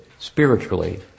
spiritually